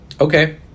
okay